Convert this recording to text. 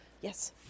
Yes